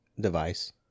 device